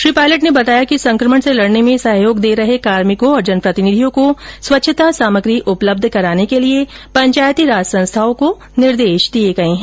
श्री पायलट ने बताया कि संकमण से लडने में सहयोग दे रहे कार्मिकों और जनप्रतिनिधियों को स्वच्छता सामग्री उपलब्ध कराने के लिए पंचायती राज संस्थाओं को निर्देश दिए गए है